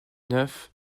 neuf